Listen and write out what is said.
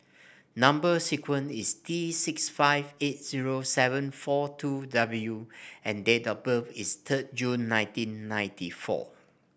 number sequence is T six five eight zero seven four two W and date of birth is third June nineteen ninety four